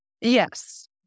Yes